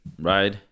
right